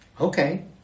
Okay